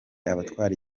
abatwara